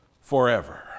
forever